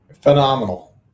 Phenomenal